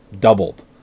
doubled